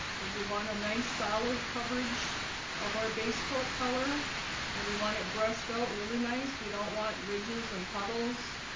because we want a nice ah coverage of our base coat color and we want it brushed out really nice. we don't want ridges and puddles